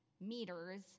meters